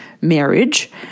marriage